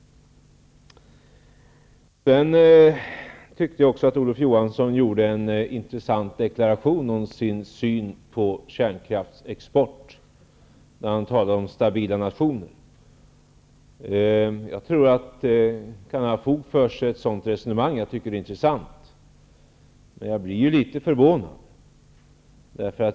Jag tyckte att Olof Johansson gjorde en intressant deklaration om sin syn på kärnkraftsexport, när han talade om stabila nationer. Jag tror att ett sådant resonemang kan ha fog för sig, och jag tycker det är intressant. Men jag blir litet förvånad.